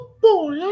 boy